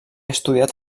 estudiat